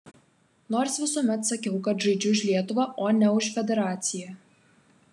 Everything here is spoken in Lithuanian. nors visuomet sakiau kad žaidžiu už lietuvą o ne už federaciją